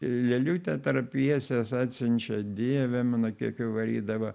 lėlių teatre pjeses atsiunčia dieve mano kiek jų varydavo